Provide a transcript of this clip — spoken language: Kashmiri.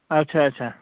اَچھا اَچھا